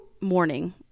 morning